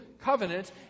Covenant